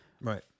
Right